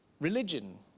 religion